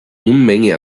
unmenge